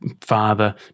father